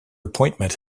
appointment